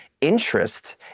interest